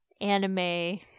anime